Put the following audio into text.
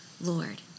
Lord